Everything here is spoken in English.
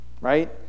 right